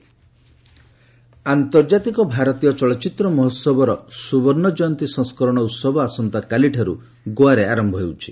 IFFI ଆନ୍ତର୍ଜାତିକ ଭାରତୀୟ ଚଳଚ୍ଚିତ୍ର ମହୋହବର ସ୍ୱର୍ଣ୍ଣଜୟନ୍ତୀ ସଂସ୍କରଣ ଉହବ ଆସନ୍ତାକାଲିଠାରୁ ଗୋଆରେ ଆରମ୍ଭ ହେଉଛି